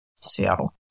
Seattle